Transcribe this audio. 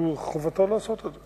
חובתו לעשות את זה.